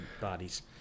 bodies